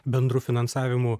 bendru finansavimu